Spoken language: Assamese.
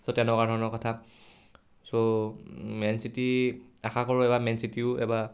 চ' তেনেকুৱা ধৰণৰ কথা চ' মেন চিটি আশা কৰোঁ এবাৰ মেন চিটিও এবাৰ জিকক